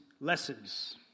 lessons